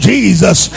Jesus